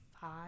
five